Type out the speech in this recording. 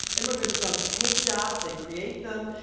immigrants don't take jobs. they create them.